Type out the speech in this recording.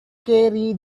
carry